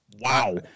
Wow